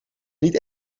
niet